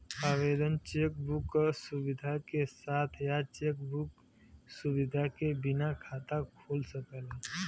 आवेदक check book क सुविधा के साथ या चेक बुक सुविधा के बिना खाता खोल सकला